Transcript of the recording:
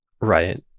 Right